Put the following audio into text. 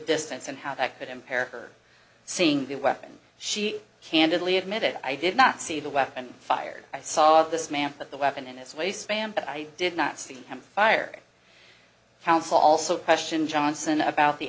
distance and how that could impair her seeing the weapon she candidly admitted i did not see the weapon fired i saw this man put the weapon in his waistband but i did not see him fire counsel also question johnson about the